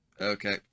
Okay